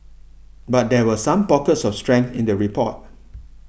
but there were some pockets of strength in the report